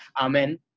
Amen